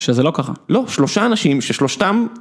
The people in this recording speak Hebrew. שזה לא קרה לא שלושה אנשים ששלושתם.